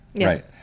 right